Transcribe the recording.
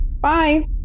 bye